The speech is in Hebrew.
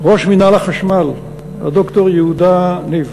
ראש מינהל החשמל, ד"ר יהודה ניב,